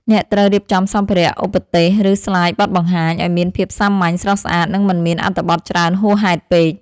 អ្នកត្រូវរៀបចំសម្ភារៈឧបទេស ឬស្លាយបទបង្ហាញ ឱ្យមានភាពសាមញ្ញ ស្រស់ស្អាត និងមិនមានអត្ថបទច្រើនហួសហេតុពេក។